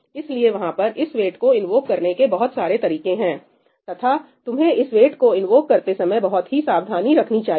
इसलिए वहां पर इस वेट को इन्वोक करने के बहुत सारे तरीके हैं तथा तुम्हें इस वेट को इन्वोक करते समय बहुत ही सावधानी रखनी चाहिए